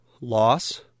loss